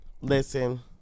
Listen